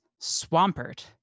swampert